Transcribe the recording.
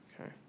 Okay